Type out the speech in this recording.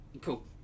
cool